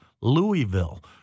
Louisville